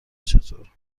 چطور